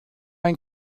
ein